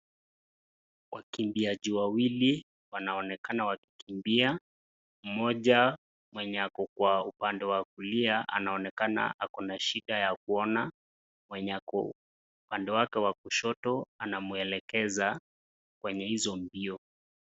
Wakimbiaji wawili wanaonekana wakikimbia, mmoja mwenye ako kwa upande wa kulia anaonekana ako na shida ya kuona, mwenye ako upande wake wa kushoto anamwelekeza kwenye hizo mbio.